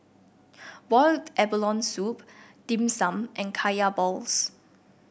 Boiled Abalone Soup Dim Sum and Kaya Balls